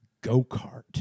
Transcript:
go-kart